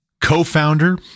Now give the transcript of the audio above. co-founder